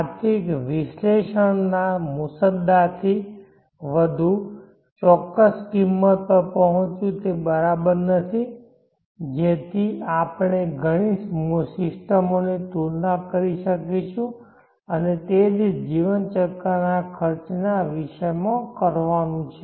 આર્થિક વિશ્લેષણના મુસદ્દાથી વધુ ચોક્કસ કિંમત પર પહોંચવું તે બરાબર નથી જેથી આપણે ઘણી સિસ્ટમોની તુલના કરી શકીશું અને તે જ જીવન ચક્રના ખર્ચના આ વિષયમાં કરવાનું છે